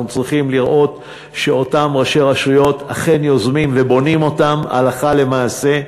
צריכים לראות שאותם ראשי רשויות אכן יוזמים ובונים אותם הלכה למעשה,